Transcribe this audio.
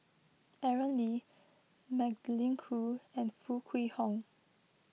Aaron Lee Magdalene Khoo and Foo Kwee Horng